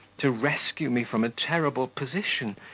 to rescue me from a terrible position,